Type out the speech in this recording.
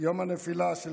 יום הנפילה של